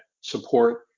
support